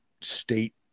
state